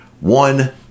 One